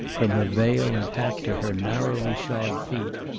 from her veil and hat to her narrowly shod feet.